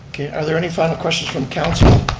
okay are there any final questions from council?